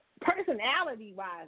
Personality-wise